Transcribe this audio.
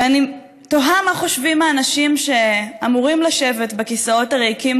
ואני תוהה מה חושבים האנשים שאמורים לשבת בכיסאות הריקים